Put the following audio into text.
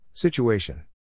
Situation